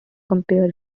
compare